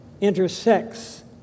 intersects